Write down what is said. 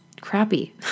crappy